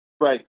Right